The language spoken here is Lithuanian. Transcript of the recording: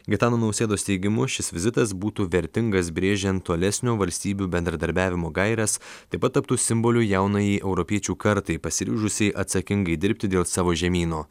gitano nausėdos teigimu šis vizitas būtų vertingas brėžiant tolesnio valstybių bendradarbiavimo gaires taip pat taptų simboliu jaunajai europiečių kartai pasiryžusiai atsakingai dirbti dėl savo žemyno